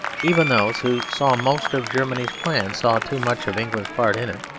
even those who saw most of germany's plan saw too much of england's part in it.